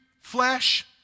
flesh